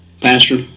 Pastor